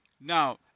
Now